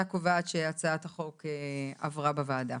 הצבעה הצעת החוק אושרה הצעת החוק עברה בוועדה